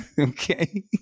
Okay